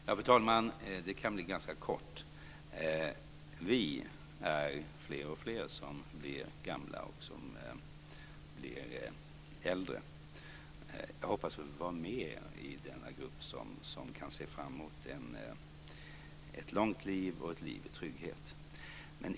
Fru talman! Vi är fler och fler som blir äldre och gamla. Jag hoppas att få vara med i denna grupp som kan se fram emot ett långt liv och ett liv i trygghet.